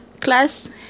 class